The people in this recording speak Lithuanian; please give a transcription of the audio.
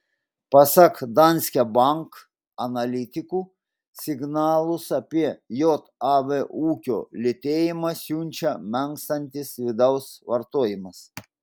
pasak danske bank analitikų signalus apie jav ūkio lėtėjimą siunčia menkstantis vidaus vartojimas